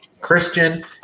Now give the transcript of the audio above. Christian